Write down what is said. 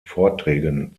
vorträgen